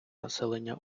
населення